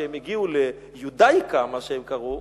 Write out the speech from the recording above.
כשהם הגיעו ליודיאיה, מה שהם קראו,